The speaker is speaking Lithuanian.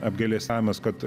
apgailestavimas kad